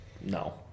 no